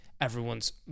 Everyone's